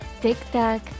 Tic-tac